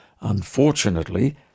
Unfortunately